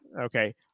Okay